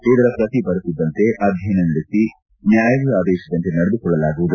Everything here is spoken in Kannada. ಇದರ ಪ್ರತಿ ಬರುತ್ತಿದ್ದಂತೆ ಅಧ್ಯಯನ ನಡೆಸಿ ನ್ನಾಯಾಲಯ ಆದೇಶದಂತೆ ನಡೆದುಕೊಳ್ಳಲಾಗುವುದು